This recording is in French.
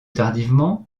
tardivement